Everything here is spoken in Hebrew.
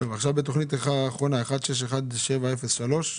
ועכשיו בתוכנית האחרונה, 1617-03,